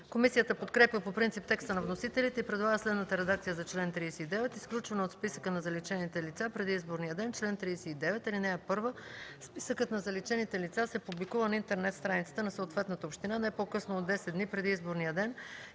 Комисията подкрепя по принцип текста на вносителите и предлага следната редакция за чл. 39: ”Изключване от списъка на заличените лица преди изборния ден Чл. 39. (1) Списъкът на заличените лица се публикува на интернет страницата на съответната община не по-късно от 10 дни преди изборния ден